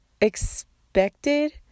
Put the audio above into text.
expected